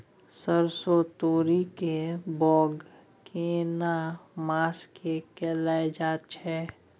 सरसो, तोरी के बौग केना मास में कैल जायत छै?